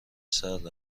سرد